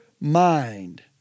mind